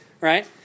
right